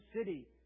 city